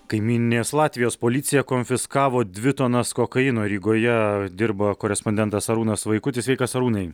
kaimyninės latvijos policija konfiskavo dvi tonas kokaino rygoje dirba korespondentas arūnas vaikutis sveikas arūnai